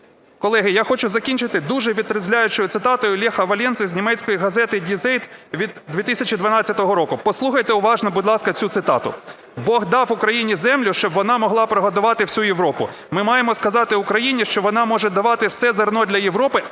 Колеги, я хочу закінчити дуже витрезвляючою цитатою Леха Валенси з німецької газети "Die Zeit" від 2012 року. Послухайте уважно, будь ласка, цю цитату: "Бог дав Україні землю, щоб вона могла прогодувати всю Європу. Ми маємо сказати Україні, що вона може давати все зерно для Європи,